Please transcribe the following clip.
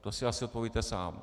To si asi odpovíte sám.